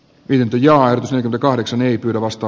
pidempi joan dakahdeksan ei pyydä vasta